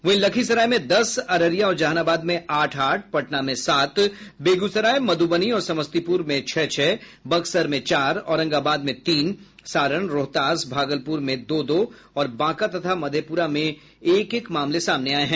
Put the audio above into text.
वहीं लखीसराय में दस अररिया और जहानाबाद में आठ आठ पटना में सात बेगूसराय मध्रबनी और समस्तीपुर में छह छह बक्सर में चार औरंगाबाद में तीन सारण रोहतास भागलपुर में दो दो और बांका तथा मधेपुरा में एक एक मामले सामने आये हैं